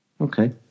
Okay